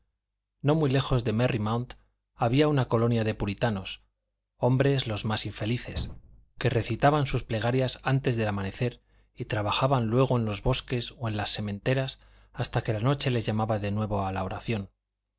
no muy lejos de merry mount había una colonia de puritanos hombres los más infelices que recitaban sus plegarias antes del amanecer y trabajaban luego en los bosques o en las sementeras hasta que la noche les llamaba de nuevo a la oración